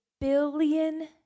billion